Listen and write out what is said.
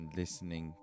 listening